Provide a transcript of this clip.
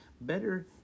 Better